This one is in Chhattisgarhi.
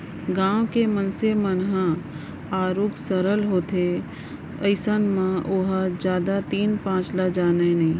गाँव के मनसे मन ह आरुग सरल होथे अइसन म ओहा जादा तीन पाँच ल जानय नइ